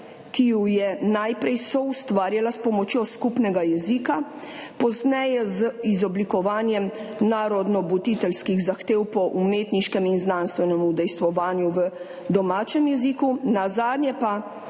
ki ju je najprej soustvarjala s pomočjo skupnega jezika, pozneje z izoblikovanjem narodnobuditeljskih zahtev po umetniškem in znanstvenem udejstvovanju v domačem jeziku, nazadnje pa